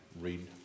read